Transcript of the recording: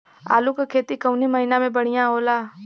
आलू क खेती कवने महीना में बढ़ियां होला?